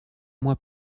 mois